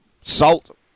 salt